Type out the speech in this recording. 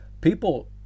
people